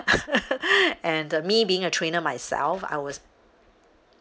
and me being a trainer myself I was